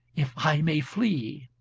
if i may flee!